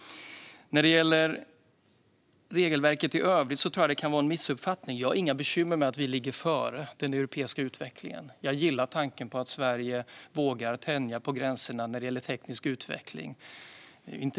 När det gäller regelverket i övrigt tror jag att det kan vara en missuppfattning. Jag har inga bekymmer med att vi ligger före den europeiska utvecklingen. Jag gillar tanken på att Sverige vågar tänja på gränserna när det gäller teknisk utveckling.